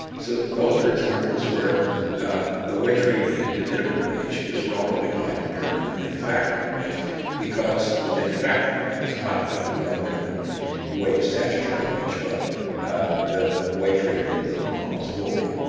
so those are examples where ah the wage rate, the minimum wage is relatively high compared to the manufacturing wage because the manufacturing wage is not affected by the minimum wage, statutory wage, but the wage rate in the mcdonald's will be.